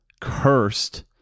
cursed